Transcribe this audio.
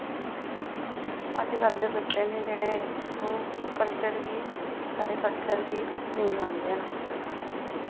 अजकल्ल दे बच्चे न जेह्ड़े ओह् कल्चर गी साढ़े कल्चर गी नेईं मनदे न